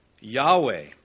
Yahweh